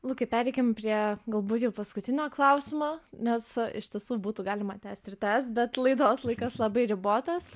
lukai pereikim prie galbūt jau paskutinio klausimo nes iš tiesų būtų galima tęst ir tęst bet laidos laikas labai ribotas